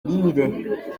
imirire